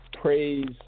praise